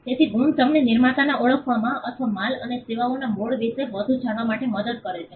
તેથી ગુણ અમને નિર્માતાને ઓળખવામાં અથવા માલ અને સેવાઓના મૂળ વિશે વધુ જાણવા માટે મદદ કરે છે